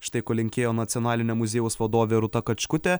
štai ko linkėjo nacionalinio muziejaus vadovė rūta kačkutė